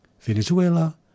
Venezuela